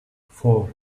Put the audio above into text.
four